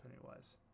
Pennywise